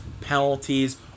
penalties